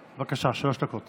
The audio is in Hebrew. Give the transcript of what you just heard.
בבקשה, שלוש דקות.